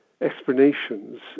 explanations